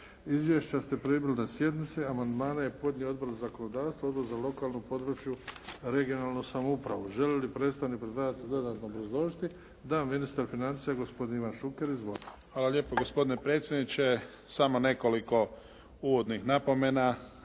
Izvješća ste primili na sjednici. Amandmane je podnio Odbor za zakonodavstvo, Odbor za lokalnu područnu (regionalnu) samoupravu. Želi li predstavnik predlagatelja dodatno obrazložiti? Da. Ministar financija, gospodin Ivan Šuker. Izvolite. **Šuker, Ivan (HDZ)** Hvala lijepo gospodine predsjedniče. Samo nekoliko uvodnih napomena.